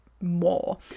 more